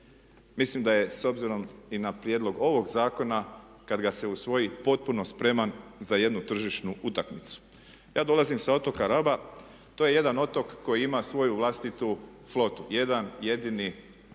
Mislim da je s obzirom i na prijedlog ovog zakona kad ga se usvoji potpuno spreman za jednu tržišnu utakmicu. Ja dolazim sa otoka Raba. To je jedan otok koji ima svoju vlastitu flotu. Jedan jedini na